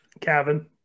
Kevin